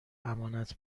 امانت